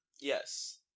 Yes